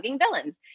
Villains